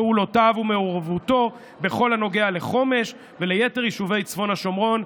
פעולותיו ומעורבותו בכל הנוגע לחומש וליתר יישובי צפון השומרון,